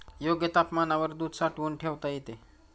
योग्य तापमानावर दूध साठवून ठेवता येते